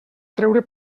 treure